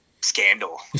scandal